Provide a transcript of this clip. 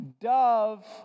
Dove